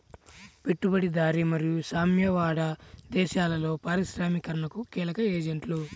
పెట్టుబడిదారీ మరియు సామ్యవాద దేశాలలో పారిశ్రామికీకరణకు కీలక ఏజెంట్లు